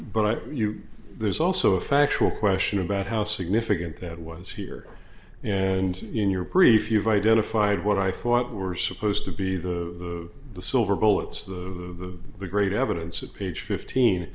but there's also a factual question about how significant that was here and in your brief you've identified what i thought were supposed to be the silver bullets the the great evidence at page fifteen